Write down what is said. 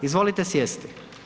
Izvolite sjesti.